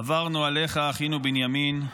עברנו עליך, אחינו בנימין,